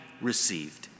received